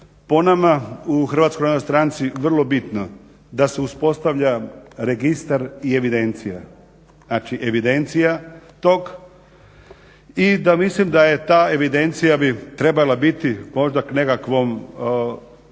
po nama u HNS-u je vrlo bitno da se uspostavlja registar i evidencija, znači evidencija tog i da mislim da ta evidencija bi trebala biti možda, da bi